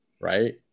right